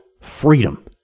freedom